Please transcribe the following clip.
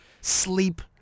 sleep